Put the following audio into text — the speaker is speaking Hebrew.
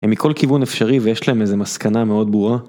מכל כיוון אפשרי ויש להם איזה מסקנה מאוד ברורה.